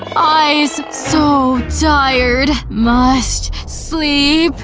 eyes so tired, must sleep.